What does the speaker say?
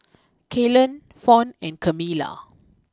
Kalen Fawn and Camilla